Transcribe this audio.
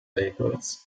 records